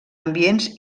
ambients